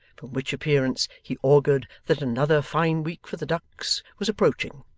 from which appearance he augured that another fine week for the ducks was approaching,